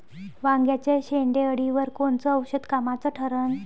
वांग्याच्या शेंडेअळीवर कोनचं औषध कामाचं ठरन?